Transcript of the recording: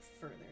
further